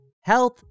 Health